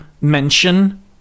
mention